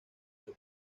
que